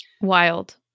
wild